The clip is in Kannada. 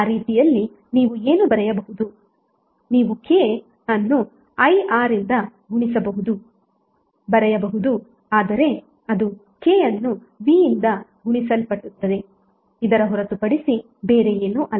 ಆ ರೀತಿಯಲ್ಲಿ ನೀವು ಏನು ಬರೆಯಬಹುದು ನೀವು K IR ಅನ್ನು ಬರೆಯಬಹುದು ಆದರೆ ಅದು K V ಹೊರತು ಪಡಿಸಿ ಬೇರೆ ಏನು ಅಲ್ಲ